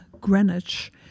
Greenwich